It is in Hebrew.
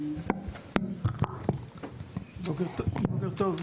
בוקר טוב.